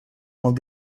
molt